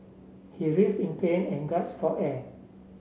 he writhe in pain and for air